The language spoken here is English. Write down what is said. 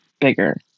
bigger